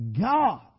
God